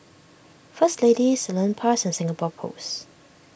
First Lady Salonpas and Singapore Post